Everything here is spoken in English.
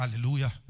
Hallelujah